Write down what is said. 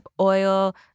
Oil